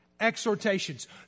Exhortations